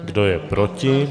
Kdo je proti?